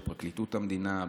בפרקליטות המדינה,